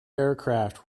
aircraft